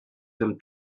him